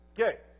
Okay